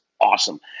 awesome